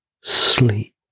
sleep